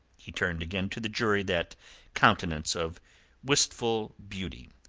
he turned again to the jury that countenance of wistful beauty.